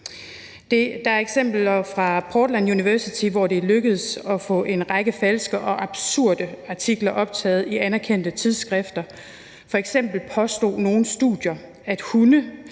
Der er eksempler fra Portland State University , hvor det er lykkedes at få en række falske og absurde artikler optaget i anerkendte tidsskrifter. F.eks. påstod nogle studier, at hunde